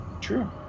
true